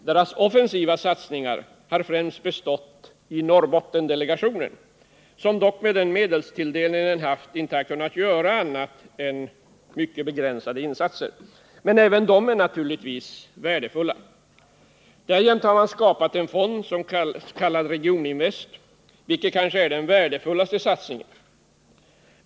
Deras offensiva satsningar har främst bestått av Norrbottendelegationen, som dock med den medelstilldelning den haft inte har kunnat göra annat än mycket begränsade insatser, men även dessa är naturligtvis värdefulla. Därjämte har man skapat en fond, kallad Regioninvest, vilket kanske är den värdefullaste satsningen.